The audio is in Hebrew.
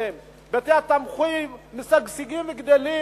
בתי-התמחוי משגשגים וגדלים.